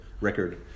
record